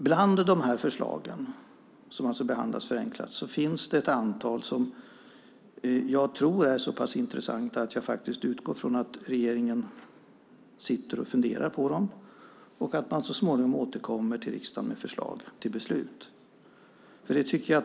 Bland de förslagen, som alltså behandlas förenklat, finns det ett antal som jag tror är så pass intressanta att jag utgår från att regeringen sitter och funderar på dem och att man så småningom återkommer till riksdagen med förslag till beslut.